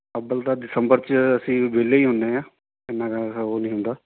ਅੱਬਲ ਤਾਂ ਦਸੰਬਰ 'ਚ ਅਸੀਂ ਵਿਹਲੇ ਹੀ ਹੁੰਦੇ ਹਾਂ ਇੰਨਾਂ ਕੁ ਉਹ ਨਹੀਂ ਹੁੰਦਾ